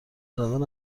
زدن